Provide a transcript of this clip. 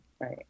Right